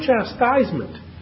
chastisement